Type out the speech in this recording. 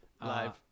Live